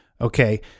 Okay